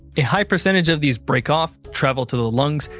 a high percentage of these break off, travel to the lungs,